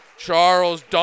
Charles